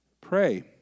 pray